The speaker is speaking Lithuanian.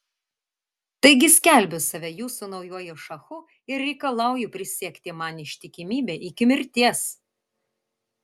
taigi skelbiu save jūsų naujuoju šachu ir reikalauju prisiekti man ištikimybę iki mirties